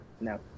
no